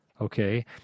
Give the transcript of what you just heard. Okay